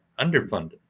underfunded